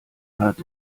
hat